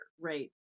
right